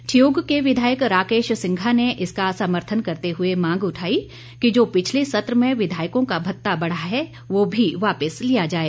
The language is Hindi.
ठियोग के विधायक राकेश सिंघा ने इसका समर्थन करते हुए मांग उठाई कि जो पिछले सत्र में विधायकों का भत्ता बढ़ा है वह भी वापिस लिया जाए